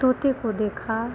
तोते को देखा